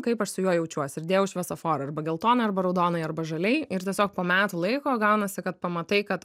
kaip aš su juo jaučiuosi ir dėjau šviesoforą arba geltonai arba raudonai arba žaliai ir tiesiog po metų laiko gaunasi kad pamatai kad